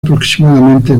aproximadamente